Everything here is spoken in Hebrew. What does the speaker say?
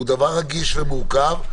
הוא דבר רגיש ומורכב,